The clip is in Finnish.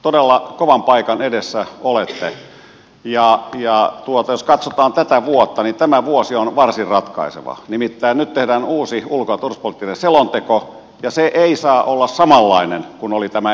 todella kovan paikan edessä olette ja jos katsotaan tätä vuotta niin tämä vuosi on varsin ratkaiseva nimittäin nyt tehdään uusi ulko ja turvallisuuspoliittinen selonteko ja se ei saa olla samanlainen kuin oli tämä edellinen